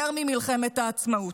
יותר ממלחמת העצמאות.